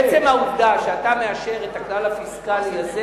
בעצם העובדה שאתה מאשר את הכלל הפיסקלי הזה